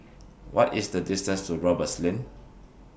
What IS The distance to Roberts Lane